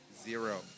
Zero